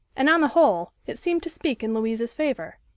and, on the whole, it seemed to speak in louise's favour.